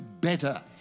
better